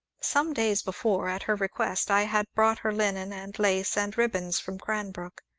some days before, at her request, i had brought her linen and lace and ribands from cranbrook,